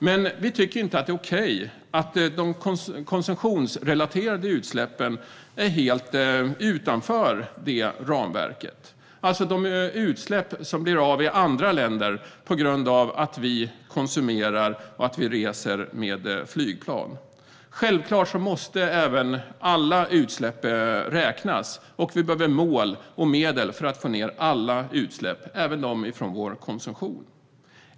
Men vi tycker inte att det är okej att de konsumtionsrelaterade utsläppen är helt utanför ramverket, alltså utsläpp i andra länder på grund av vår konsumtion och att vi reser med flygplan. Självklart måste alla utsläpp räknas, och vi behöver mål och medel för att få ned alla utsläpp, även dem från vår konsumtion.